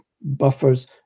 buffers